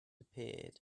appeared